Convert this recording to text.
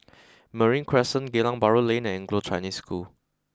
Marine Crescent Geylang Bahru Lane and Anglo Chinese School